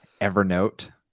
Evernote